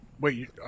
wait